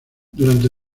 durante